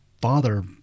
father